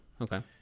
okay